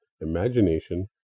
imagination